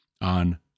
on